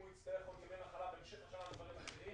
אם הוא יצטרך עוד ימי מחלה בהמשך השנה לדברים אחרים,